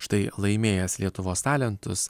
štai laimėjęs lietuvos talentus